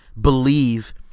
believe